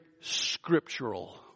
scriptural